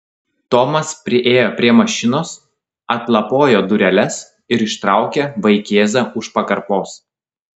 tomas priėjo prie mašinos atlapojo dureles ir ištraukė vaikėzą už pakarpos